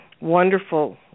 wonderful